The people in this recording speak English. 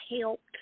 helped